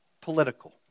political